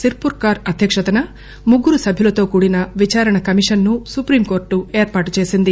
sir పుర్కార్ అధ్యక్షతన ముగ్గురు సభ్యులతో కూడిన విచారణ కమిషన్ ను సుప్రీంకోర్టు ఏర్పాటుచేసింది